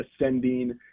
ascending